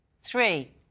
Three